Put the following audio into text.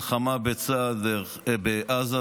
סליחה, שם בסוף,